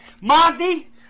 Monty